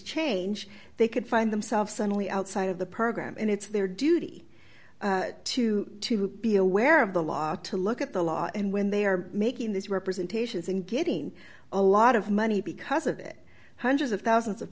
change they could find themselves suddenly outside of the program and it's their duty to be aware of the law to look at the law and when they are making these representations and getting a lot of money because of it hundreds of thousands of